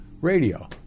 Radio